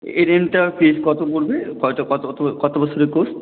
এই রেঞ্জটার ফিজ কতো পড়বে কয়তো কতো কতো কতো বছরের কোর্স